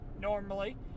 normally